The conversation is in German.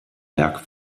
werk